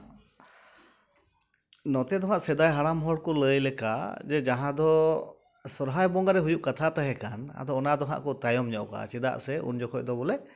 ᱱᱚᱛᱮ ᱫᱚ ᱦᱟᱸᱜ ᱥᱮᱫᱟᱭ ᱦᱟᱲᱟᱢ ᱦᱚᱲ ᱠᱚ ᱞᱟᱹᱭ ᱞᱮᱠᱟ ᱡᱮ ᱡᱟᱦᱟᱸ ᱫᱚ ᱥᱚᱨᱦᱟᱭ ᱵᱚᱸᱜᱟ ᱨᱮ ᱦᱩᱭᱩᱜ ᱠᱟᱛᱷᱟ ᱛᱟᱦᱮᱸᱠᱟᱱ ᱟᱫᱚ ᱚᱱᱟ ᱫᱚ ᱦᱟᱸᱜ ᱠᱚ ᱛᱟᱭᱚᱢ ᱧᱚᱜ ᱠᱟᱜᱼᱟ ᱪᱮᱫᱟᱜ ᱥᱮ ᱩᱱ ᱡᱚᱠᱷᱚᱱ ᱫᱚ ᱵᱚᱞᱮ